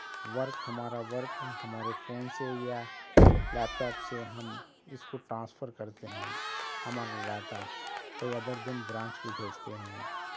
work ہمارا work ہمارے phone سے یا لیپ ٹوپ سے ہم اس کو ٹرانسفر کرتے ہیں ہمارا ڈاٹا کوئی ادر دین برانچ کو بھیجتے ہیں